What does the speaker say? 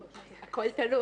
הכול תלוי.